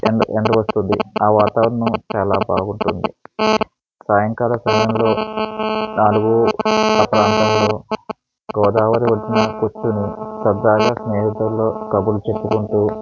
ఎండ ఎండ వస్తుంది ఆ వాతావరణం చాలా బాగుంటుంది సాయంకాల సమయంలో నాలుగు ఆ ప్రాంతంలో గోదావరి ఒడ్డున కూర్చొని సరదాగా స్నేహితులు కబుర్లు చెప్పుకుంటు